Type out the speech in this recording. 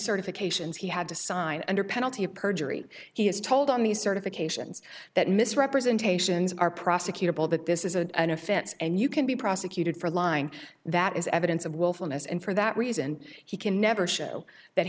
certifications he had to sign under penalty of perjury he is told on these certifications that misrepresentations are prosecutable that this is a an offense and you can be prosecuted for line that is evidence of willfulness and for that reason he can never show that